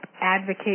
advocate